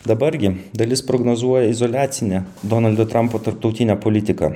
dabar gi dalis prognozuoja izoliacinę donaldo trampo tarptautinę politiką